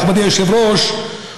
מכובדי היושב-ראש,